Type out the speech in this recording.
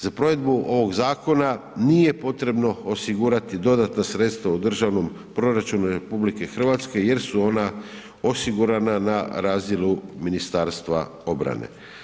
Za provedbu ovog zakona nije potrebno osigurati dodatna sredstva u Državnom proračunu RH jer su ona osigurana na razdjelu Ministarstva obrane.